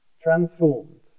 transformed